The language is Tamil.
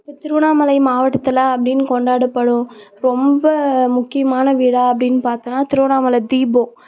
திருவண்ணாமலை மாவட்டத்தில் அப்படின்னு கொண்டாடப்படும் ரொம்ப முக்கியமான விழா அப்படின்னு பாத்தோனா திருவண்ணாமலை தீபம்